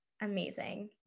amazing